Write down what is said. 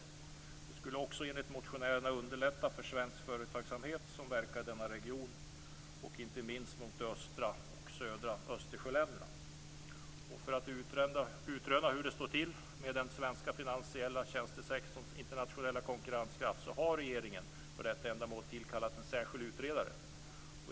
Detta skulle också enligt motionärerna underlätta för svensk företagsamhet som verkar i denna region, inte minst mot de östra och södra Östersjöländerna. För att utröna hur det står till med den svenska finansiella tjänstesektorns internationella konkurrenskraft har regeringen för detta ändamål tillkallat en särskild utredare.